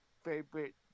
favorite